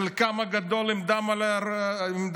חלקם הגדול עם דם על הידיים.